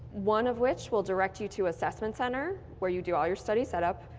one of which will direct you to assessment center where you do all your study setup,